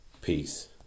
Peace